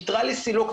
יתרה לסילוק,